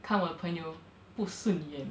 看我的朋友不顺眼